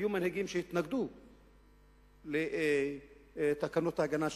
היו מנהיגים שהתנגדו לתקנות ההגנה לשעת-חירום.